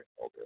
Okay